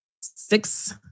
six